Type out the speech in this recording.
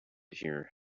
here